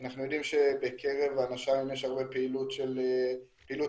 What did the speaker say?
אנחנו יודעים שבקרב הנש"מים יש הרבה פעילות עבריינית,